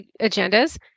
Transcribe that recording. agendas